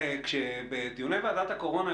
בדיוני ועדת הקורונה,